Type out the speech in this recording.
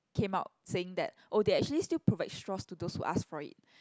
came out saying that oh they actually still provide straws to those who ask for it